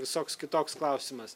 visoks kitoks klausimas